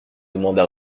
demanda